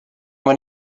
when